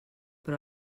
però